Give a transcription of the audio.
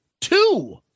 two